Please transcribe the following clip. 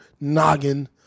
noggin